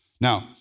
Now